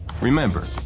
Remember